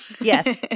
Yes